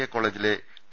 A കോളജിലെ T